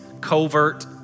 covert